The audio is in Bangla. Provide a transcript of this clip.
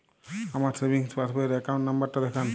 আমার সেভিংস পাসবই র অ্যাকাউন্ট নাম্বার টা দেখান?